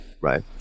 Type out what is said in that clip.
right